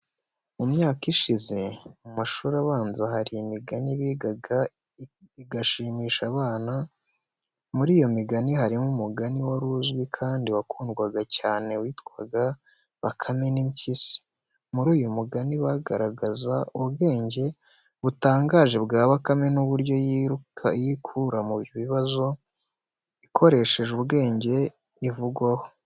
Mu myaka mike ishize mu mashuri abanza hari imigani bigaga igashimisha abana. Muri iyo migani harimo umugani wari uzwi kandi wakundwaga cyane witwa:"Bakame n'Impyisi." Muri uyu mugani bagaragaza ubwenge butangaje bwa bakame n'uburyo yikura mu bibazo ikoresheje ubwenge ivugwaho.